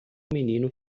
menino